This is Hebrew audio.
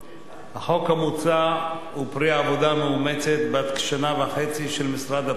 החוק המוצע הוא פרי עבודה מאומצת בת שנה וחצי של משרד הפנים,